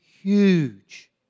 huge